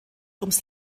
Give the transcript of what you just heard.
ums